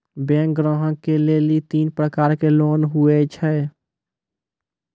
Bank ग्राहक के लेली तीन प्रकर के लोन हुए छै?